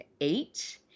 eight